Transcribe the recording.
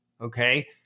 Okay